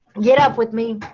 get up with me.